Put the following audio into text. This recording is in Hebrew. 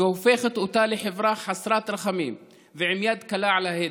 שהופכת אותה לחברה חסרת רחמים ועם יד קלה על ההדק.